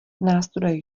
nástroje